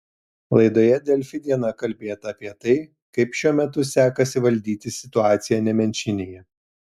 laidoje delfi diena kalbėta apie tai kaip šiuo metu sekasi valdyti situaciją nemenčinėje